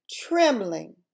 trembling